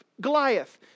Goliath